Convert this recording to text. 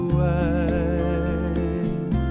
wide